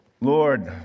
Lord